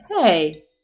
hey